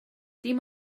dim